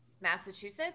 Massachusetts